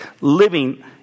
living